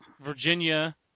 Virginia